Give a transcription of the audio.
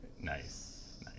nice